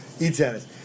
E-tennis